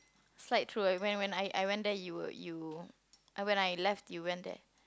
slide through when when I I went there you were you and when I left you went there